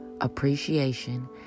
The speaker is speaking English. appreciation